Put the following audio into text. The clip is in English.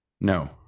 No